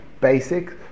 basic